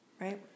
Right